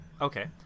Okay